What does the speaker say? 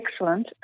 excellent